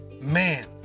man